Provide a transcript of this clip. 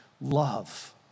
love